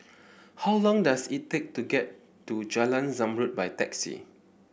how long does it take to get to Jalan Zamrud by taxi